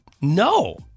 no